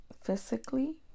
physically